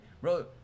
Bro